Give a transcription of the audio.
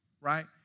right